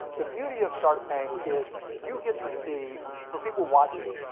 the beauty of shark tank is you get to see, for people watching,